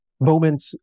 moment